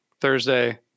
Thursday